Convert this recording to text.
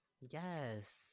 yes